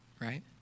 right